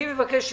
אני מבקש שתשבו,